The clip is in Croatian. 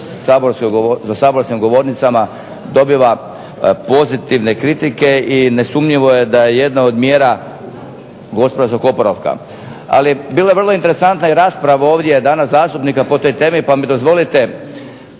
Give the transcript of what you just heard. za saborskim govornicama dobiva pozitivne kritike i nesumnjivo je da je jedna od mjera gospodarskog oporavka. Ali bila je vrlo interesantna i rasprava ovdje danas zastupnika po toj temi, pa mi dozvolite